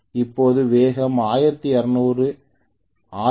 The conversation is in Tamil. இப்போது வேகம் 1200 ஆர்